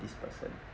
this person